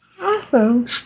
Awesome